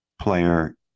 player